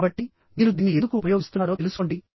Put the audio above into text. కాబట్టి మీరు దీన్ని ఎందుకు ఉపయోగిస్తున్నారో తెలుసుకోండి